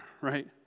right